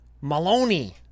Maloney